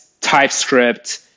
TypeScript